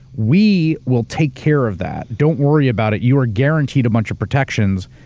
we will take care of that. don't worry about it. you are guaranteed a bunch of protections,